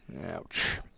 Ouch